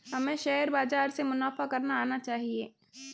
हमें शेयर बाजार से मुनाफा करना आना चाहिए